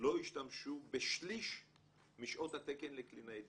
לא השתמשו בשליש משעות התקן לקלינאי תקשורת.